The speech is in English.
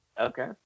Okay